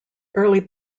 early